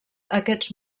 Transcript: aquests